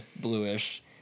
bluish